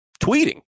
tweeting